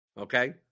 okay